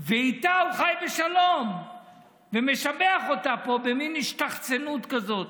ואיתה הוא חי בשלום ומשבח אותה פה במין השתחצנות כזאת.